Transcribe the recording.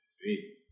Sweet